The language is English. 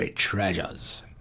treasures